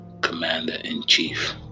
commander-in-chief